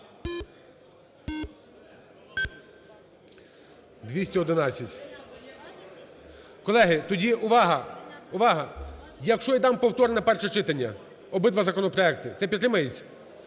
За-211 Колеги, тоді увага! Увага! Якщо я дам повторне перше читання обидва законопроекти – це підтримається?